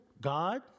God